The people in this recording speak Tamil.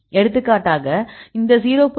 எடுத்துக்காட்டாக இந்த 0